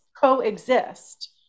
coexist